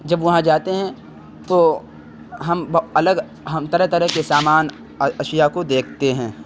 جب وہاں جاتے ہیں تو ہم الگ ہم طرح طرح کے سامان اور اشیاء کو دیکھتے ہیں